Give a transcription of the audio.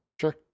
Sure